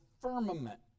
firmament